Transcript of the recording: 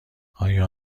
آیا